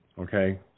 okay